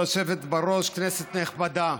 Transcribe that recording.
כבוד היושבת-ראש, כנסת נכבדה,